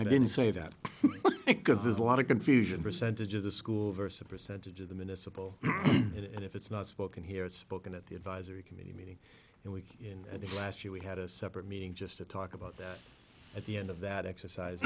i didn't say that because there's a lot of confusion percentage of the school versus percentage of them in a civil and if it's not spoken here it's spoken at the advisory committee meeting and we came in at the last year we had a separate meeting just to talk about that at the end of that exercise